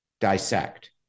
dissect